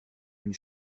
une